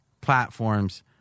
platforms